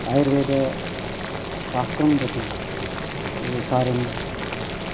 आयुर्वेदशास्त्रं प्रति ये कार्यं कृतं